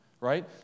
right